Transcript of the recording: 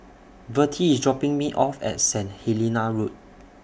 Vertie IS dropping Me off At Saint Helena Road